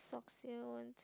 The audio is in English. socks here one